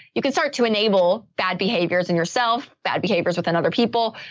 you can start to enable bad behaviors and yourself, bad behaviors with and other people.